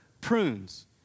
prunes